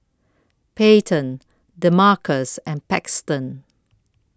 Payton Demarcus and Paxton